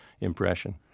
impression